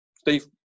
Steve